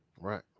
Right